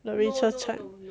the rachel chan